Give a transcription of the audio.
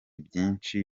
byinshi